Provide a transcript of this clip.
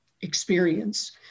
experience